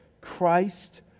Christ